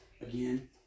again